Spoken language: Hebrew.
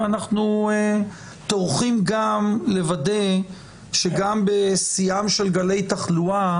ואנחנו טורחים גם לוודא שגם בשיאם של גלי תחלואה